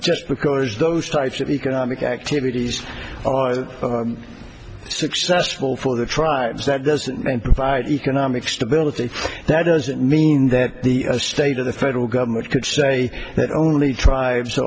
just because those types of economic activities are successful for the tribes that doesn't mean provide economic stability that doesn't mean that the state of the federal government could say that only tribes